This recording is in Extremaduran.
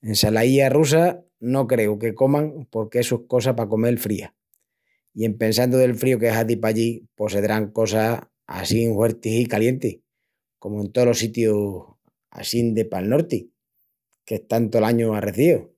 Ensalaílla russa no creu que coman porque essu es cosa pa comel fría. I en pensandu del fríu que hazi pallí pos sedrán cosas assín huertis i calientis, comu en tolos sitius assín de pal norti, qu'están tol añu arrezíus.